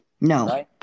No